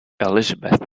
elizabeth